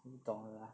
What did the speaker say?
你懂 lah